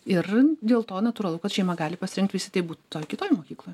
ir dėl to natūralu kad šeima gali pasirinkt vis tiktai būt toj kitoj mokykloj